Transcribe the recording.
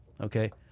okay